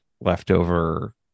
leftover